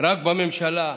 רק בממשלה,